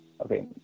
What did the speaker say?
Okay